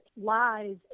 lies